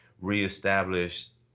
reestablished